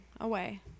away